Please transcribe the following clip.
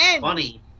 funny